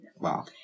Wow